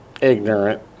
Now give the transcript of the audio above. ignorant